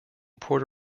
puerto